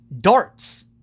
darts